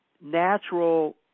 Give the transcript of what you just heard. natural